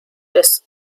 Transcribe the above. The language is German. des